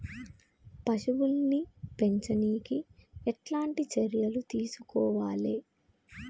పశువుల్ని పెంచనీకి ఎట్లాంటి చర్యలు తీసుకోవాలే?